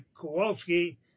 Kowalski